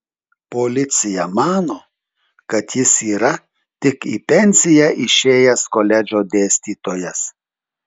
policija mano kad jis yra tik į pensiją išėjęs koledžo dėstytojas